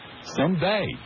someday